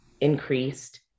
increased